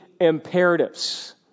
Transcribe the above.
imperatives